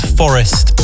forest